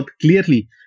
clearly